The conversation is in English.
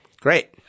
Great